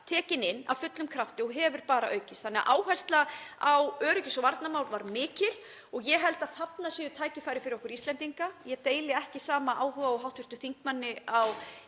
tekin inn af fullum krafti og sú umræða hefur bara aukist. Þannig að áhersla á öryggis- og varnarmál var mikil og ég held að þarna séu tækifæri fyrir okkur Íslendinga. Ég deili ekki áhuga hv. þingmanns á